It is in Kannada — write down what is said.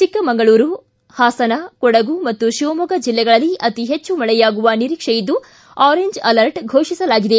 ಚಿಕ್ಕಮಂಗಳೂರು ಹಾಸನ ಕೊಡಗು ಮತ್ತು ಶಿವಮೊಗ್ಗ ಜಿಲ್ಲೆಗಳಲ್ಲಿ ಅತಿ ಹೆಚ್ಚು ಮಳೆಯಾಗುವ ನಿರೀಕ್ಷೆಯಿದ್ದು ಆರೆಂಜ್ ಅಲರ್ಟ್ ಫೋಷಿಸಲಾಗಿದೆ